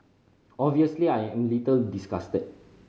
obviously I am little disgusted